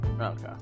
Okay